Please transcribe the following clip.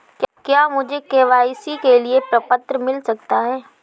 क्या मुझे के.वाई.सी के लिए प्रपत्र मिल सकता है?